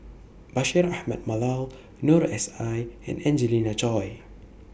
Bashir Ahmad Mallal Noor S I and Angelina Choy